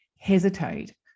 hesitate